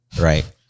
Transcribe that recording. right